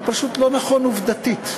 הוא פשוט לא נכון עובדתית.